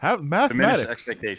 mathematics